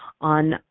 on